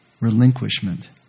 relinquishment